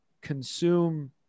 consume